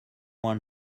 want